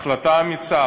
החלטה אמיצה.